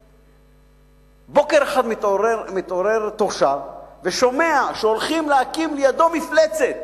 בוקר אחד מתעורר תושב ושומע שהולכים להקים לידו מפלצת.